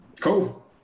cool